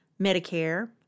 Medicare